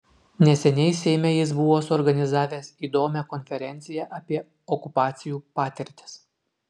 neseniai seime jis buvo suorganizavęs įdomią konferenciją apie okupacijų patirtis